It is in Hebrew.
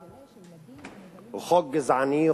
הוא חוק גזעני,